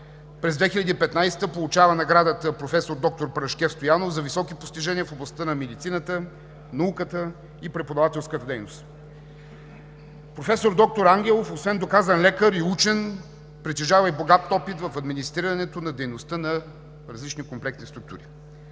През 2015 г. получава наградата „Професор доктор Парашкев Стоянов“ за високи постижения в областта на медицината, науката и преподавателската дейност. Професор доктор Ангелов освен доказан лекар и учен притежава и богат опит в администрирането на дейността на различни комплексни структури.